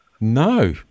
No